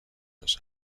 los